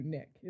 Nick